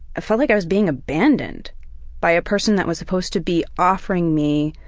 i felt like i was being abandoned by a person that was supposed to be offering me